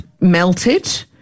melted